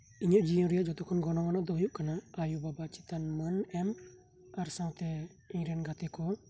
ᱤᱧᱟᱹᱜ ᱡᱤᱭᱚᱱ ᱨᱮᱱᱟᱜ ᱡᱚᱛᱚᱠᱷᱚᱱ ᱜᱚᱱᱚᱝ ᱟᱱᱟᱜ ᱫᱚ ᱦᱩᱭᱩᱜ ᱠᱟᱱᱟ ᱟᱭᱩ ᱵᱟᱵᱟ ᱪᱮᱛᱟᱱ ᱢᱟᱹᱱ ᱮᱢ ᱟᱨ ᱥᱟᱶᱛᱮ ᱤᱧᱨᱮᱱ ᱜᱟᱛᱮᱠᱩ